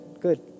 good